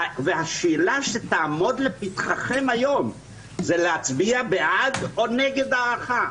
והשאלה שתעמוד לפתחכם היום זה להצביע בעד או נגד ההארכה.